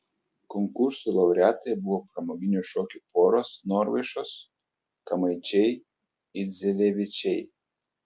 konkursų laureatai buvo pramoginių šokių poros norvaišos kamaičiai idzelevičiai